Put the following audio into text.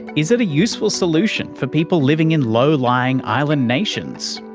is it a useful solution for people living in low-lying island nations?